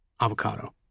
Avocado